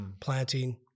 planting